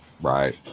Right